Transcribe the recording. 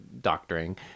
doctoring